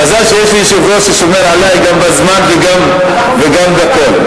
מזל שיש לי יושב-ראש ששומר עלי גם בזמן וגם בכול.